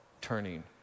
turning